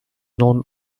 known